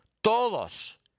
Todos